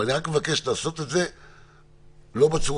אבל אני רק מבקש לעשות את זה כרגע לא בצורה